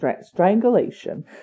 Strangulation